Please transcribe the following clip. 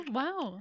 wow